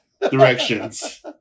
directions